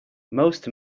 most